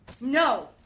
No